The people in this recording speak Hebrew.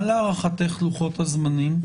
מהם להערכתך לוחות הזמנים?